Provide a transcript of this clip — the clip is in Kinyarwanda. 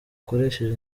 ukoresheje